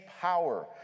power